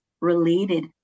related